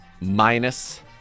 minus